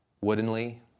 woodenly